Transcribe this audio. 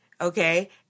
Okay